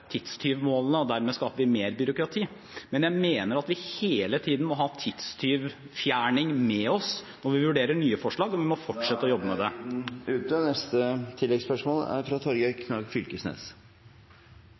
tidstyvmålene – og dermed skaper vi mer byråkrati. Jeg mener at vi hele tiden må ha tidstyvfjerning med oss når vi vurderer nye forslag, og vi må fortsette å jobbe med